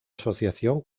asociación